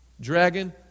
Dragon